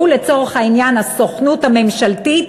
שהוא לצורך העניין הסוכנות הממשלתית,